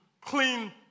clean